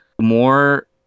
more